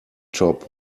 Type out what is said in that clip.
top